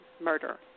murder